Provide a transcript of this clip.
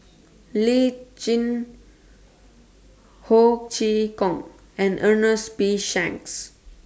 Lee Tjin Ho Chee Kong and Ernest P Shanks